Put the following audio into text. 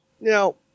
Now